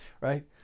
Right